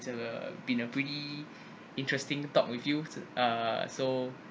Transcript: it's err been a pretty interesting talk with you uh so